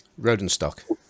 Rodenstock